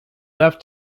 left